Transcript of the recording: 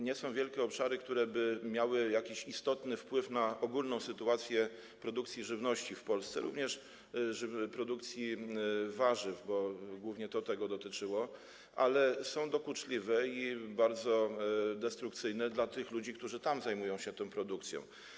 Nie są to wielkie obszary, które by miały jakiś istotny wpływ na ogólną sytuację w produkcji żywności w Polsce, również produkcji warzyw, bo głównie tego to dotyczyło, ale jest to dokuczliwe i bardzo destrukcyjne dla tych ludzi, którzy tam zajmują się tą produkcją.